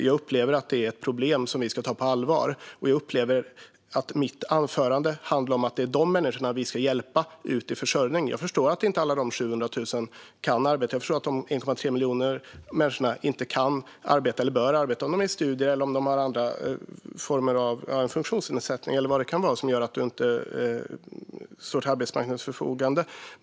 Jag upplever att detta är ett problem som vi ska ta på allvar, och jag upplever att mitt anförande handlar om att det är dessa människor som vi ska hjälpa ut i försörjning. Jag förstår att inte alla dessa 700 000 kan arbeta. Jag förstår att dessa 1,3 miljoner människor inte kan eller bör arbeta därför att de är i studier, har en funktionsnedsättning eller vad det kan vara som gör att de inte står till arbetsmarknadens förfogande.